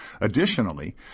Additionally